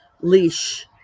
leash